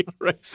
right